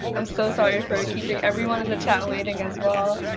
i'm so sorry for keeping everyone in the chat waiting as well.